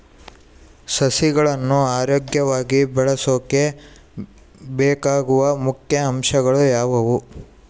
ಸಸಿಗಳನ್ನು ಆರೋಗ್ಯವಾಗಿ ಬೆಳಸೊಕೆ ಬೇಕಾಗುವ ಮುಖ್ಯ ಅಂಶಗಳು ಯಾವವು?